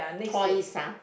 toys ah